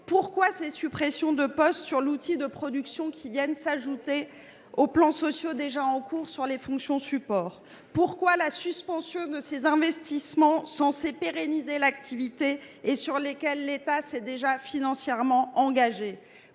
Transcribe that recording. Pourquoi ces suppressions de postes sur l'outil de production qui viennent s'ajouter aux plans sociaux déjà en cours sur les fonctions supports ? Pourquoi la suspension de ces investissements censés pérenniser l'activité et sur lesquels l'État s'est déjà financièrement engagé ?